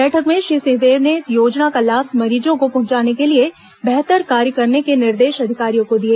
बैठक में श्री सिंहदेव ने इस योजना का लाभ मरीजों को पहंचाने के लिए बेहतर कार्य करने के निर्देश अधिकारियों को दिए